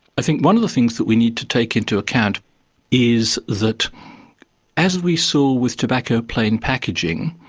i think one of the things that we need to take into account is that as we saw with tobacco plain packaging,